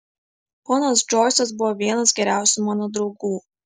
ponas džoisas buvo vienas geriausių mano draugų